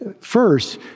first